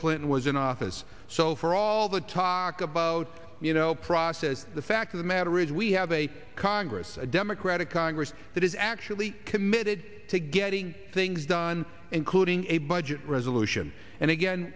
clinton was in office so for all the talk about you know process the fact of the matter is we have a congress a democratic congress that is actually committed to getting things done including a budget resolution and again